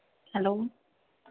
hello